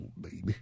baby